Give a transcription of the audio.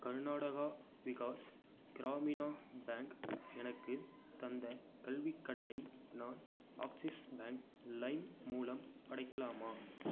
Karnataka Vikas Gramina bank எனக்கு தந்த கல்விக் கடனை நான் ஆக்ஸிஸ் பேங்க் லைம் மூலம் அடைக்கலாமா